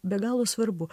be galo svarbu